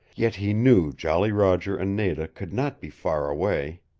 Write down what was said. yet he knew jolly roger and nada could not be far away.